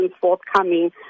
forthcoming